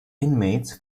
inmates